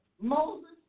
Moses